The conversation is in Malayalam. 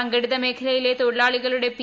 സംഘടിത മേഖലയിലെ തൊഴിലാളികളുടെ പി